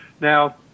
Now